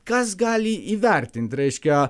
kas gali įvertint reiškia